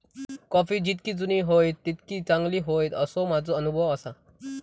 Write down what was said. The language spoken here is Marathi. कॉफी जितकी जुनी होईत तितकी चांगली होईत, असो माझो अनुभव आसा